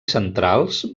centrals